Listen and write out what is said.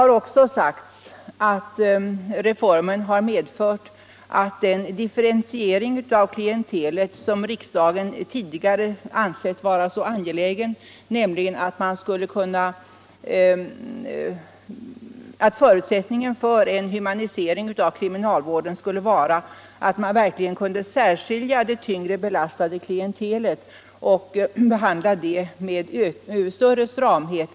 Riksdagen har tidigare uttalat att förutsättningen för en humanisering av kriminalvården skulle vara att man verkligen kunde särskilja det tyngre belastade klientelet från det övriga och behandla det med större stramhet.